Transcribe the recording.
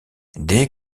dès